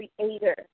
creator